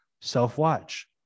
self-watch